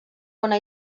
bona